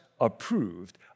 approved